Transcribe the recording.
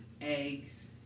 eggs